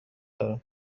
دارم